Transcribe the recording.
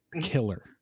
killer